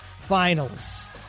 Finals